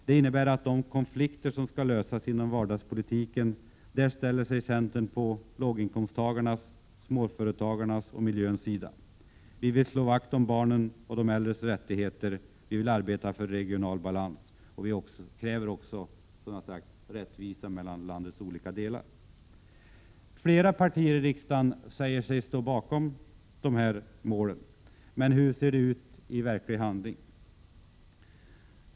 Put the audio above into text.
Det innebär att centern i de konflikter som skall lösas inom vardagspolitiken ställer sig på låginkomsttagarnas och småföretagarnas sida och på miljöns sida. Vi vill slå vakt om barnens och de äldres rättigheter. Vi vill arbeta för regional balans. Vi kräver rättvisa mellan landets olika delar. Flera partier i riksdagen säger sig också stå bakom dessa mål. Men hur ser det ut i verklig handling?